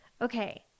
okay